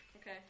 Okay